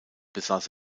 besaß